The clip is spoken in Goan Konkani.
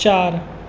चार